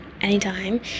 anytime